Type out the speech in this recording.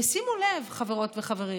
ושימו לב, חברות וחברים,